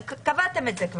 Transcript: קבעתם את זה.